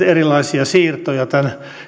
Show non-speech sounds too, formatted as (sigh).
(unintelligible) erilaisia siirtoja tämän